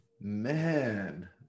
Man